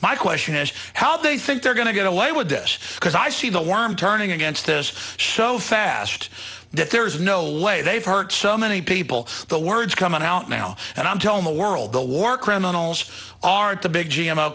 my question is how they think they're going to get away with this because i see the i'm turning against this show fast that there is no way they've hurt so many people the words coming out now and i'm telling the world the war criminals aren't the big g m o